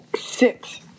six